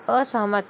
असहमत